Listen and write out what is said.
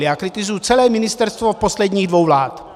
Já kritizuji celé ministerstvo posledních dvou vlád.